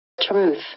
Truth